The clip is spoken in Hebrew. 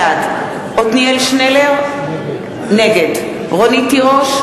בעד עתניאל שנלר, נגד רונית תירוש,